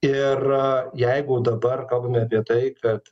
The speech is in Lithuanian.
ir jeigu dabar kalbame apie tai kad